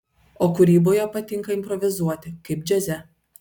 o kūryboje patinka improvizuoti kaip džiaze